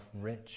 rich